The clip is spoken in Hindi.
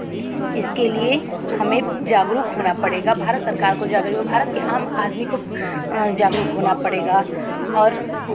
इसके लिए हमें जागरूक होना पड़ेगा भारत सरकार को जागरुक भारत के आम आदमी को जागरुक होना पड़ेगा और